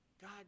God